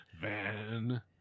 Van